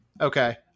Okay